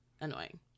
annoying